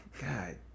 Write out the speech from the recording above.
God